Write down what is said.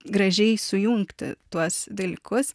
gražiai sujungti tuos dalykus